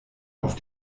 auf